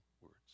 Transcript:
words